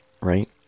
Right